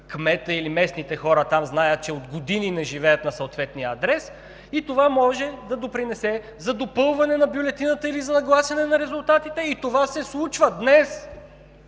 кметът или местните хора там знаят, че от години не живеят на съответния адрес и това може да допринесе за допълване на бюлетината или за нагласяне на резултатите. И това се случва днес.